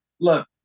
Look